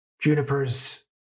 Juniper's